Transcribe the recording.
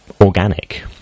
organic